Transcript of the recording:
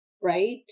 right